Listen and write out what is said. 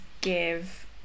give